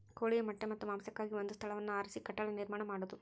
ಕೋಳಿಯ ಮೊಟ್ಟೆ ಮತ್ತ ಮಾಂಸಕ್ಕಾಗಿ ಒಂದ ಸ್ಥಳವನ್ನ ಆರಿಸಿ ಕಟ್ಟಡಾ ನಿರ್ಮಾಣಾ ಮಾಡುದು